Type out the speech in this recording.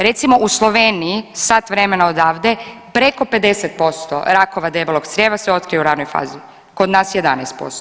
Recimo u Sloveniji sat vremena odavde, preko 50% rakova debelog crijeva se otkrije u ranoj fazi, kod nas 11%